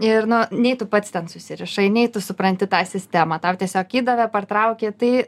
ir nu nei tu pats ten susirišai nei tu supranti tą sistemą tau tiesiog įdavė partrauki tai